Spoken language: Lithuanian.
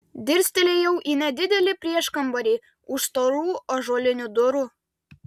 dirstelėjau į nedidelį prieškambarį už storų ąžuolinių durų